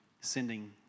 sending